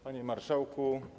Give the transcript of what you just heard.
Panie Marszałku!